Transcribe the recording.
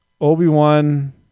Obi-Wan